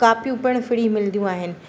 कॉपियूं पिण फ्री मिलंदियूं आहिनि